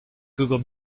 google